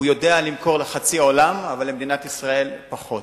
הוא יודע למכור לחצי עולם, אבל למדינת ישראל פחות.